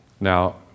Now